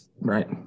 Right